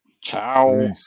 Ciao